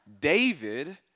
David